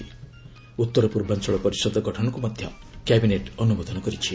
ଉତ୍ତର ପୂର୍ବାଞ୍ଚଳ ପରିଷଦ ଗଠନକୁ ମଧ୍ୟ କ୍ୟାବିନେଟ ଅନୁମୋଦନ କରିଛି